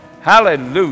Hallelujah